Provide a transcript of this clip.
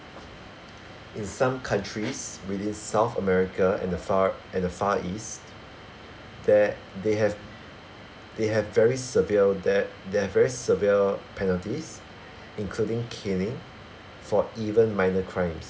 in some countries within south america and the far and the far east there they have they have very severe that they have very severe penalties including caning for even minor crimes